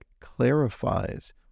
clarifies